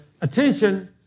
attention